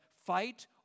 fight